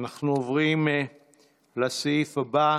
אנחנו עוברים לסעיף הבא,